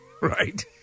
Right